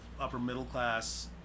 upper-middle-class